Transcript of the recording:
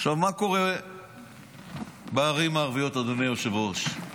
מה קורה בערים הערביות, אדוני היושב-ראש?